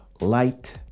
light